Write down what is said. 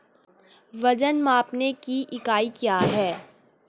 वजन मापने की इकाई क्या है?